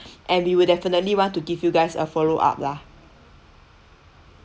and we will definitely want to give you guys a follow up lah